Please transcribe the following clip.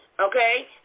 Okay